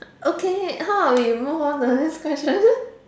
okay how about we move on to the next question